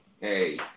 hey